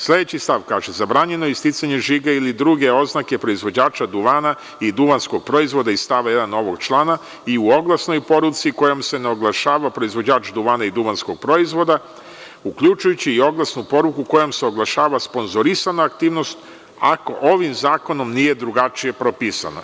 Sledeći stav kaže – zabranjeno je isticanje žiga ili druge oznake proizvođača duvana i duvanskog proizvoda iz stava 1. ovog člana i u oglasnoj poruci kojom se ne oglašava proizvođač duvana i duvanskog proizvoda, uključujući i oglasnu poruku kojom se oglašava sponzorisana aktivnost ako ovim zakonom nije drugačije propisano.